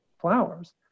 flowers